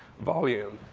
volume.